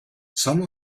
some